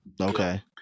Okay